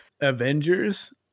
Avengers